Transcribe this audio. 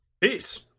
Peace